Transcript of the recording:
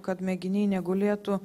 kad mėginiai negulėtų